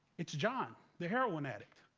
it's john, the heroin addict.